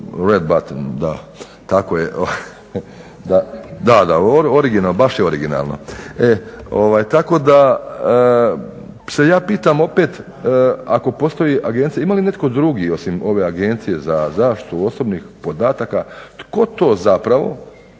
Red button tako je, da, da, baš je originalno. Tako da se ja pitam opet ima li netko drugi osim ove Agencije za zaštitu osobnih podataka? Tko to zapravo